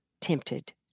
tempted